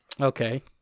Okay